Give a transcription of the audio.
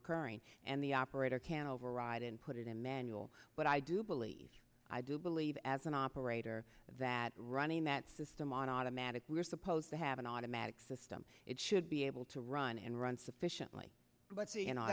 occurring and the operator can override and put it in manual but i do believe i do believe as an operator that running that system on automatic we are supposed to have an automatic system it should be able to run and run sufficiently